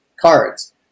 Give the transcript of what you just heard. cards